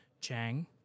Chang